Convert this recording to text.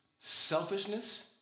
selfishness